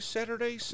Saturday